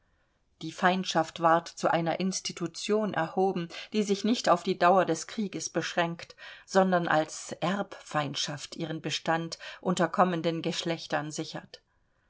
die feindschaft ward zu einer institution erhoben die sich nicht auf die dauer des krieges beschränkt sondern als erbfeindschaft ihren bestand unter kommenden geschlechtern sichert